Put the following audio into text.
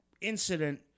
incident